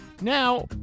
Now